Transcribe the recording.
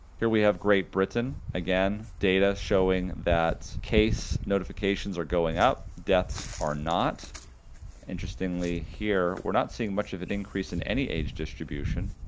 here we have great britain, again data showing that case notifications are going up, deaths are not interestingly. here we're not seeing much of an increase in any age distribution.